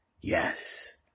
Yes